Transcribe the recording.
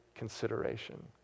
consideration